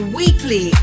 weekly